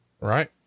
Right